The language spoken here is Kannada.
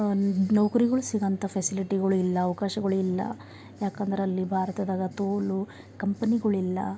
ನೌಕ್ರಿಗಳು ಸಿಗಂತ ಫೆಸಿಲಿಟಿಗಳಿಲ್ಲ ಅವ್ಕಾಶಗಳಿಲ್ಲ ಯಾಕಂದ್ರೆ ಅಲ್ಲಿ ಭಾರತದಾಗ ತೋಲು ಕಂಪನಿಗಳಿಲ್ಲ